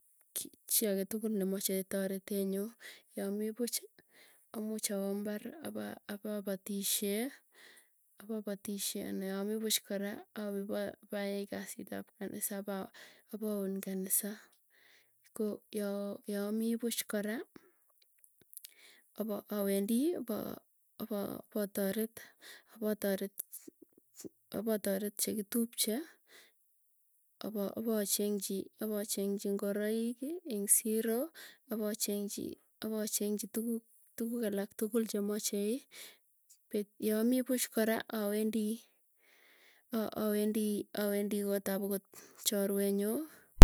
Chii agee tukul nemache taretee nyuu, yamii puuchi amuuch awoo mbari, apa apapatishie, apapatishie ane yamii puuch kora awee payai kasiot ap kanisa pa apaun kanisa. Ko yaa yaamii puuch kora, apa awendii pa apa potaret, apataret chekitupche. Apo apochengchi apochengchi ingoroiki, ing siro apacheng'chi apacheng'chi tuguuk alak tukul alak tukul chemachei. Yamii puuch kora, awendi awendi awendi koot ap koot akot chorwenyuu.